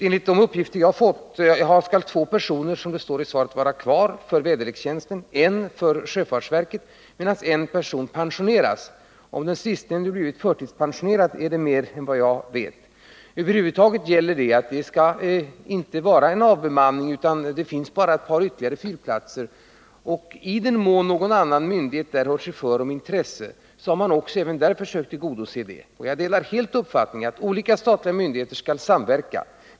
Enligt de uppgifter jag har fått, och som det står i svaret, skall två personer vara kvar för väderlekstjänsten och en för sjöfartsverket, medan en person pensioneras. Om den sistnämnde blivit förtidspensionerad, så är det mer än jag vet. Över huvud taget gäller att det inte skall ske en avbemanning. Det finns bara ett par ytterligare bemannade fyrplatser, och i den mån någon myndighet där hör sig för, så försöker man tillgodose intresset. Jag delar helt uppfattningen att olika statliga myndigheter skall samverka.